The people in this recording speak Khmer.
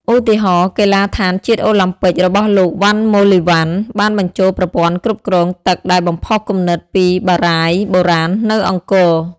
ឧទាហរណ៍កីឡដ្ឋានជាតិអូឡាំពិករបស់លោក វណ្ណ ម៉ូលីវណ្ណ បានបញ្ចូលប្រព័ន្ធគ្រប់គ្រងទឹកដែលបំផុសគំនិតពីបារាយណ៍បុរាណនៅអង្គរ។